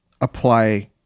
apply